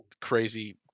crazy